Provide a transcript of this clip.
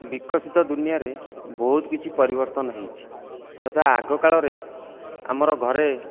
ବିକଶିତ ଦୁନିଆରେ ବହୁତ କିଛି ପରିବର୍ତ୍ତନ ହେଇଛି ଯଥା ଆଗ କାଳରେ ଆମର ଘରେ